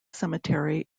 cemetery